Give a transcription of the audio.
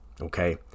okay